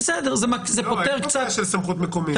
אין פה עניין של סמכות מקומית.